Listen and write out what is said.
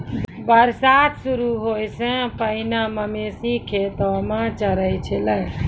बरसात शुरू होय सें पहिने मवेशी खेतो म चरय छलै